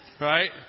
right